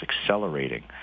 accelerating